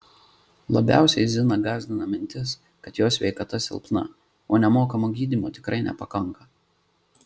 labiausiai ziną gąsdina mintis kad jos sveikata silpna o nemokamo gydymo tikrai nepakanka